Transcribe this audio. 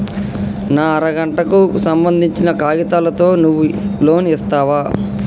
నా అర గంటకు సంబందించిన కాగితాలతో నువ్వు లోన్ ఇస్తవా?